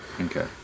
Okay